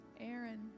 Aaron